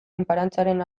enparantzaren